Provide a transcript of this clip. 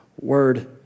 word